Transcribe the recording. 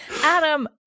Adam